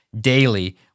daily